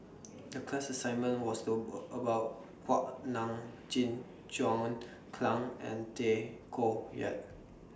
The class assignment was though about Kuak Nam Jin John Clang and Tay Koh Yat